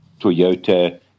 Toyota